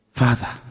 father